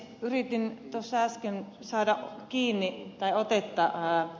yritin äsken saada otetta ed